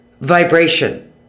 vibration